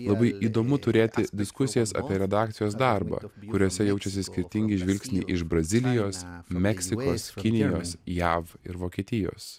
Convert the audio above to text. labai įdomu turėti diskusijas apie redakcijos darbą kuriose jaučiasi skirtingi žvilgsniai iš brazilijos meksikos kinijos jav ir vokietijos